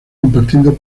compartiendo